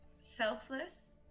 selfless